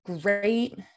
great